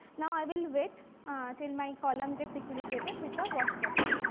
now, i will wait till my column gets equilibrated with the wash buffer.